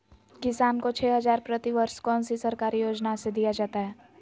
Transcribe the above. किसानों को छे हज़ार प्रति वर्ष कौन सी सरकारी योजना से दिया जाता है?